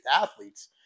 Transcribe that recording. athletes